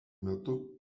metu